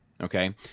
Okay